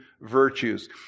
virtues